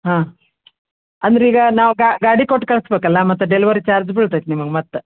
ಹಾಂ ಅಂದ್ರೆ ಈಗ ನಾವು ಗಾಡಿ ಕೊಟ್ಟು ಕಳಿಸ್ಬೇಕಲ್ಲ ಮತ್ತು ಡೆಲ್ವರಿ ಚಾರ್ಜ್ ಬೀಳುತ್ತೈತಿ ನಿಮ್ಗೆ ಮತ್ತು